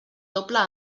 doble